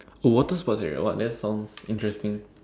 the water for the what that sounds interesting